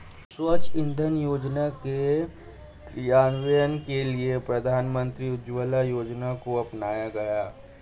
स्वच्छ इंधन योजना के क्रियान्वयन के लिए प्रधानमंत्री उज्ज्वला योजना को अपनाया गया